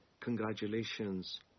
Congratulations